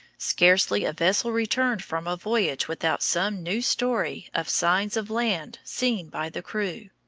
scarcely a vessel returned from a voyage without some new story of signs of land seen by the crew.